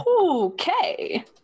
okay